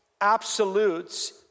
absolutes